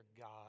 God